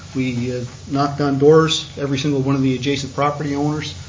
we knocked on doors, every single one of the adjacent property owners,